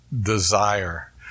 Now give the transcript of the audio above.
desire